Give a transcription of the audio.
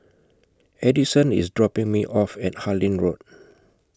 Addyson IS dropping Me off At Harlyn Road